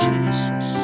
Jesus